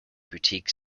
boutique